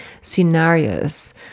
scenarios